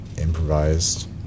improvised